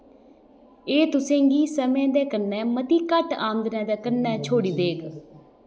एह् तुसें गी समें दे कन्नै मती घट्ट आमदनै दे कन्नै छोड़ी देग